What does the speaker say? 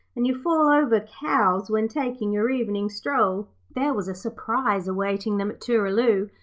and you fall over cows when taking your evening stroll. there was a surprise awaiting them at tooraloo,